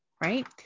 right